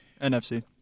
NFC